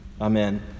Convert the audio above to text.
Amen